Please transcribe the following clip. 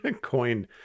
coin